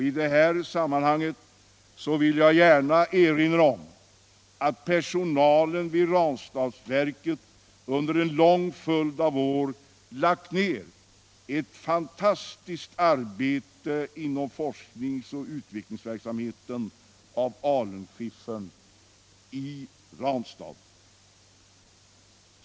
I det här sammanhanget vill jag gärna erinra om att personalen vid Ranstadsverket under en lång följd av år lagt ner ett fantastiskt arbete inom forskningsoch utvecklingsverksamheten beträffande alunskiffern i denna anläggning.